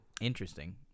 Interesting